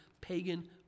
pagan